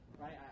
right